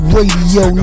Radio